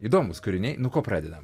įdomūs kūriniai nu ko pradedam